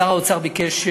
שר האוצר ביקש,